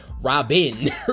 Robin